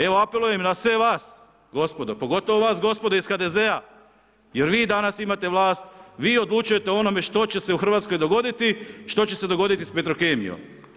Evo apeliram na sve vas gospodo, pogotovo vas gospodo iz HDZ-a jer vi danas imate vlast, vi odlučujete o onome što će se u Hrvatskoj dogoditi, što će se dogoditi s Petrokemijom.